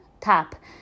tap